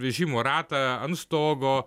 vežimo ratą ant stogo